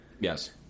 Yes